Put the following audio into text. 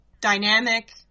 dynamic